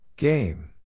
Game